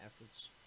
efforts